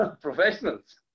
professionals